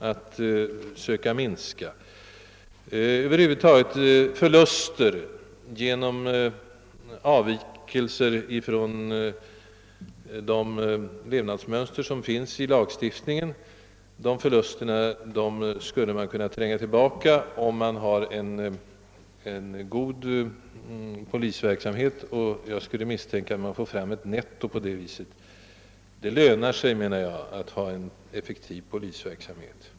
Över huvud taget skulle förluster som uppstår på grund av avvikelser från de levnadsmönster, som finns i lagstiftningen, säkerligen kunna mätbart minskas, om man har en effektiv polisverksamhet, och jag skulle misstänka att man t.o.m. kunde få fram ett slagt nettovinst. Det lönar sig, menar jag, att hålla sig med en effektiv polisverksamhet.